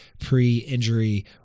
pre-injury